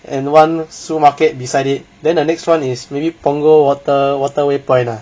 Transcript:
and one supermarket beside it then the next one is maybe punggol water waterway point ah